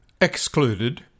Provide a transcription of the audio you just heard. excluded